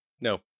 No